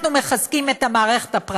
אנחנו מחזקים את המערכת הפרטית.